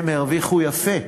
הם הרוויחו יפה,